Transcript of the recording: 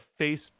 Facebook